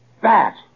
Bat